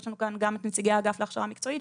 יש לנו כאן גם את נציגי האגף להכשרה מקצועית,